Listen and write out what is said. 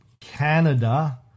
Canada